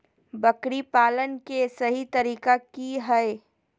बकरी पालन के सही तरीका की हय?